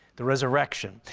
the resurrection.